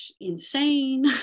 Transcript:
insane